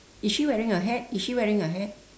is she wearing a hat is she wearing a hat